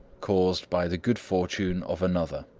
caused by the good fortune of another.